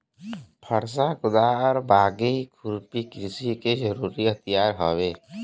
फरसा, कुदार, बाकी, खुरपी कृषि के जरुरी हथियार हउवे